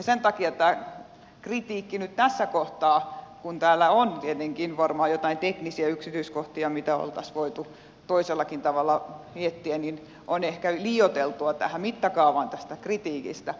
sen takia tämä kritiikki nyt tässä kohtaa kun täällä on tietenkin varmaan joitain teknisiä yksityiskohtia mitä oltaisiin voitu toisellakin tavalla miettiä on ehkä liioiteltua tässä mittakaavassa